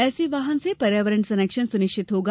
ऐसे वाहन से पर्यावरण संरक्षण सुनिश्चित होगा